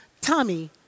Tommy